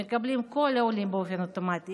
את מה שמקבלים כל העולים באופן אוטומטי,